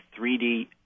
3D